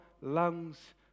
lungs